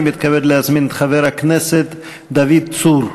אני מתכבד להזמין את חבר הכנסת דוד צור,